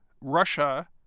Russia